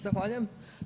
Zahvaljujem.